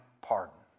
pardon